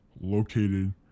located